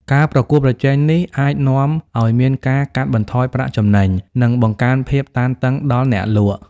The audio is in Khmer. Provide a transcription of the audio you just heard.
ការប្រកួតប្រជែងនេះអាចនាំឱ្យមានការកាត់បន្ថយប្រាក់ចំណេញ និងបង្កើនភាពតានតឹងដល់អ្នកលក់។